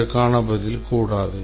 இதற்கான பதில் கூடாது